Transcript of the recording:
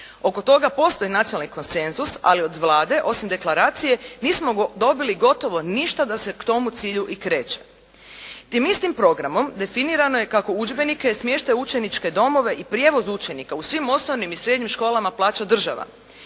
Oko toga postoji nacionalni konsenzus, ali od Vlade, osim deklaracije nismo dobili gotovo ništa da se k tomu cilju i kreće. Tim istim programom definirano je kako udžbenika, smještaj u učeničke domove i prijevoz učenika u svim osnovnim i srednjim školama plaća država.